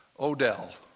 Odell